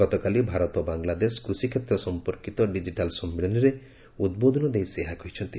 ଗତକାଲି ଭାରତ ବାଂଲାଦେଶ କୃଷି କ୍ଷେତ୍ର ସମ୍ପର୍କିତ ଡିଜିଟାଲ ସମ୍ମିଳନୀରେ ଉଦ୍ବୋଧନ ଦେଇ ସେ ଏହା କହିଛନ୍ତି